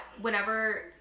whenever